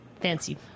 fancy